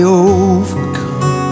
overcome